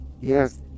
Yes